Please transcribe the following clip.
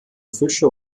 fische